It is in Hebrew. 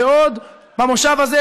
ועוד במושב הזה,